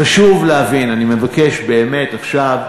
חשוב להבין, אני מבקש באמת, עכשיו,